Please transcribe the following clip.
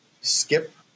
skip